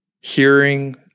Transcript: hearing